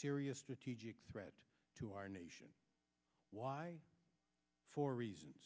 serious strategic threat to our nation why for reasons